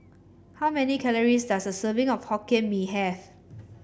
how many calories does a serving of Hokkien Mee have